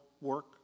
work